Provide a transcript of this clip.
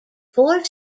four